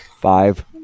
Five